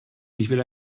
will